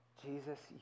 Jesus